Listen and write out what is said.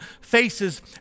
faces